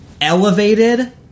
elevated